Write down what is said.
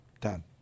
done